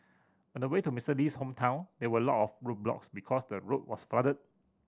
on the way to Mister Lee's hometown there were a lot of roadblocks because the road was flooded